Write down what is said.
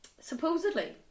Supposedly